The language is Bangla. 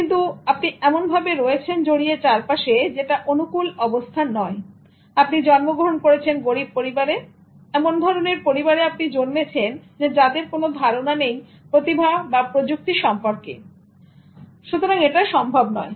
কিন্তু আপনি এমনভাবে রয়েছেন জড়িয়ে চারপাশে যেটা অনুকূল অবস্থার নয় আপনি জন্মগ্রহণ করেছেন গরিব পরিবারে এমন ধরনের পরিবারে আপনি জন্মেছেন যাদের কোন ধারণা নেই প্রতিভা বা প্রযুক্তি সম্পর্কে সুতরাং এটা সম্ভব নয়